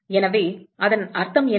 எனவே அதன் அர்த்தம் என்ன